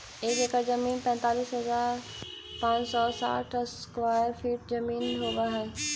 एक एकड़ जमीन तैंतालीस हजार पांच सौ साठ स्क्वायर फीट जमीन होव हई